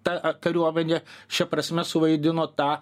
ta kariuomenė šia prasme suvaidino tą